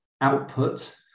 output